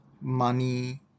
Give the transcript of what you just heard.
money